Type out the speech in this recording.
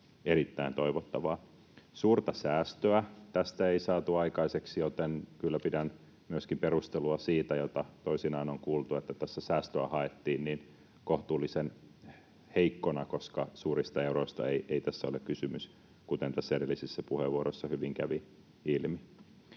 erittäin toivottavaa. Suurta säästöä tästä ei saatu aikaiseksi, joten pidän kyllä myöskin kohtuullisen heikkona perustelua — jota toisinaan on kuultu — siitä, että tässä haettiin säästöä, koska suurista euroista ei tässä ole kysymys, kuten edellisissä puheenvuoroissa hyvin kävi ilmi.